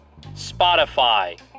Spotify